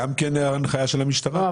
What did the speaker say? גם זאת הנחיה של המשטרה?